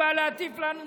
היא באה להטיף לנו מוסר.